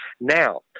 Now